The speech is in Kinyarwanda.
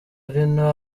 vino